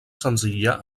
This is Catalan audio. senzilla